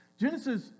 Genesis